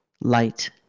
light